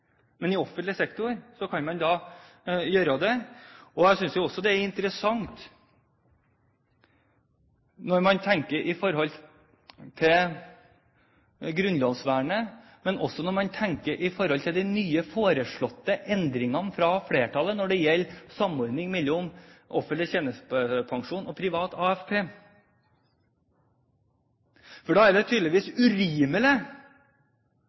Men i offentlig sektor kan man gjøre det. Jeg synes det er interessant at det, når man tenker ut fra grunnlovsvernet, men også ut fra de nye endringene foreslått av flertallet når det gjelder samordning mellom offentlig tjenestepensjon og privat AFP, tydeligvis er